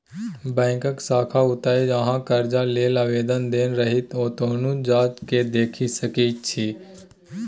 बैकक शाखा जतय अहाँ करजा लेल आवेदन देने रहिये ओतहु जा केँ देखि सकै छी